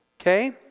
Okay